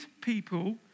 people